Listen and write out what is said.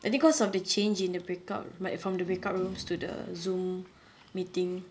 I think because of the change in the break up like from the break up rooms to the zoom meeting